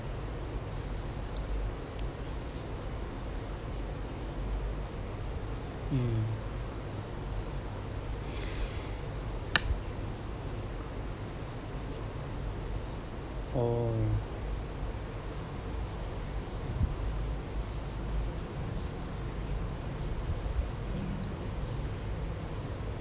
mm oh